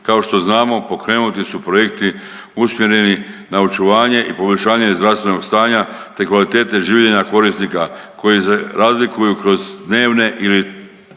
Kao što znamo pokrenuti su projekti usmjereni na očuvanje i poboljšanje zdravstvenog stanja, te kvalitete življenja korisnika koji se razlikuju kroz dnevne ili